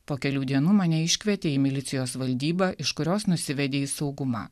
po kelių dienų mane iškvietė į milicijos valdybą iš kurios nusivedė į saugumą